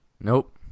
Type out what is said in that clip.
Nope